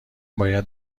باید